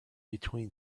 between